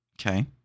Okay